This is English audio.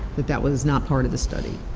that that was not part of the study.